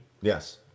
Yes